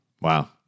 wow